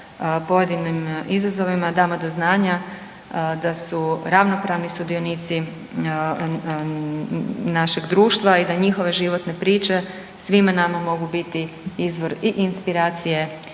pojedinim izazovima, damo do znanja da su ravnopravni sudionici našeg društva i da njihove životne priče svima nama mogu biti izvor i inspiracije